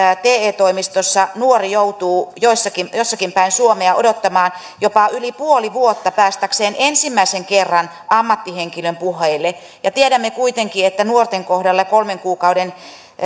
te toimistoissa nuori joutuu jossakin jossakin päin suomea odottamaan jopa yli puoli vuotta päästäkseen ensimmäisen kerran ammattihenkilön puheille tiedämme kuitenkin että nuoren kohdalla kolmen kuukauden